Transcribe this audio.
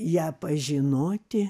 ją pažinoti